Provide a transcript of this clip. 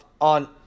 on